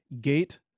gate